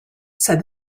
said